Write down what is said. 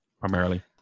primarily